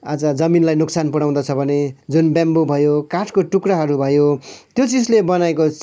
आज जमीनलाई नोक्सान पुऱ्याउँदछ भने जुन ब्याम्बो भयो काठको टुक्राहरू भयो त्यो चिजले बनाएको